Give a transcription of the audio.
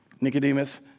Nicodemus